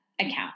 account